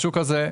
השוק הזה,